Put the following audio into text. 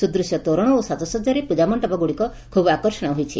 ସୁଦୂଶ୍ୟ ତୋରଣ ଓ ସାକସଜାରେ ପୂଜାମଣ୍ଡପ ଗୁଡିକ ଖୁବ୍ ଆକର୍ଷଣୀୟ ହୋଇଛି